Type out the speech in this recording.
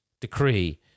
decree